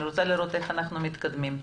אני רוצה לראות איך אנחנו מתקדמים.